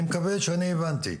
אני מקווה שאני הבנתי.